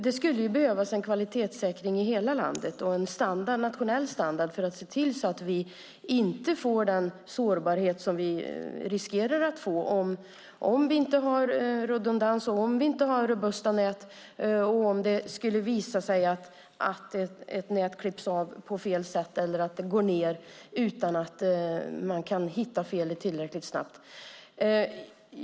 Det skulle behövas en kvalitetssäkring i hela landet och en nationell standard för att se till att vi inte får den sårbarhet som vi riskerar att få om vi inte har redundans och om vi inte har robusta nät om det skulle visa sig att ett nät klipps av på fel sätt eller att det går ned utan att man kan hitta felet tillräckligt snabbt.